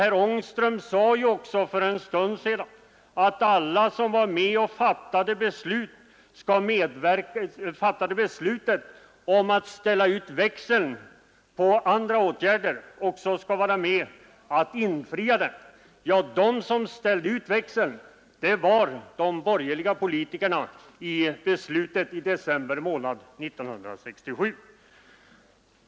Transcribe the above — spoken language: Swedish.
Herr Ångström sade också för en stund sedan att alla som var med om att ställa ut växeln på andra åtgärder också skall vara med att inlösa den. De som ställde ut växeln var de borgerliga politiker som medverkade i beslutet i december månad 1967.